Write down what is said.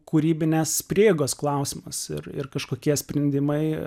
kūrybinės prieigos klausimas ir ir kažkokie sprendimai